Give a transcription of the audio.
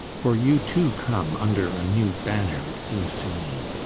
for you, too, come under a new banner it seems to me.